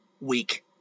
week